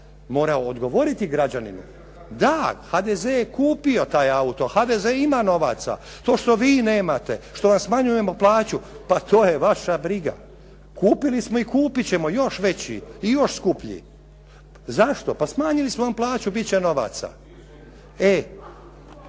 morao odgovoriti građaninu da, HDZ je kupio taj auto, HDZ ima novaca. To što vi nemate, što vam smanjujemo plaću, pa to je vaša briga. Kupili smo i kupit ćemo još veći i još skuplji. Zašto? Pa smanjili smo vam plaću, bit će novaca.